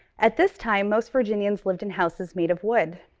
at this time, most virginians lived in houses made of wood.